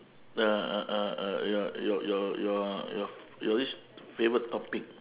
uh uh uh uh your your your your your your this favourite topic